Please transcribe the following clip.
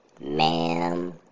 ma'am